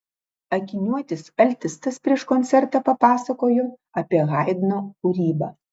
akiniuotis altistas prieš koncertą papasakojo apie haidno kūrybą